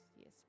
yes